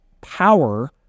power